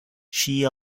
she